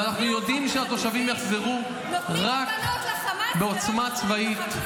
ואנחנו יודעים שהתושבים יחזרו רק בעוצמה צבאית,